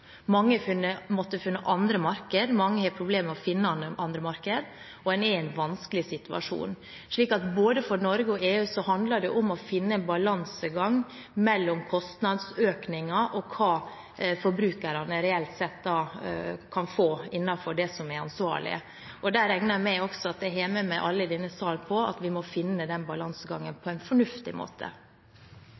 i en vanskelig situasjon. Så for både Norge og EU handler det om å finne en balansegang mellom kostnadsøkninger og hva forbrukerne reelt sett kan få – innenfor det som er ansvarlig. Jeg regner med at jeg har med meg alle i denne sal på at vi må finne den balansegangen på en fornuftig måte.